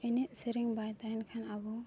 ᱮᱱᱮᱡᱼᱥᱮᱨᱮᱧ ᱵᱟᱭ ᱛᱟᱦᱮᱱ ᱠᱷᱟᱱ ᱟᱵᱚ